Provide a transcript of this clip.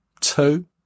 Two